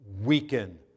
weaken